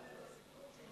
היה